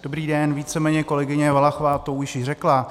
Dobrý den, víceméně kolegyně Valachová to už řekla.